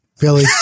Billy